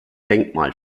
denkmal